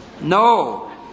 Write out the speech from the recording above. No